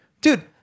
dude